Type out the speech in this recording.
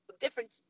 different